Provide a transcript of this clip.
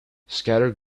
scattered